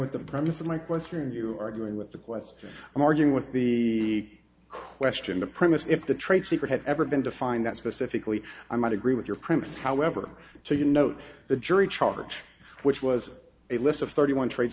with the premise of my question and you are going with the question i'm arguing with the question the premise if the trade secret had ever been defined that specifically i might agree with your premise however so you note the jury charge which was a list of thirty one trade